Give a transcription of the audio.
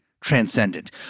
transcendent